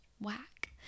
whack